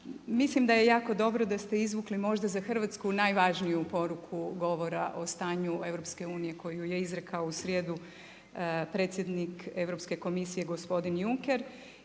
mislim da je jako dobro da ste izvukli možda za Hrvatsku najvažniju poruku govora o stanju EU-a koju je izrekao u srijedu predsjednik Europske komisije gospodin Juncker